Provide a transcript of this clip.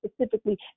specifically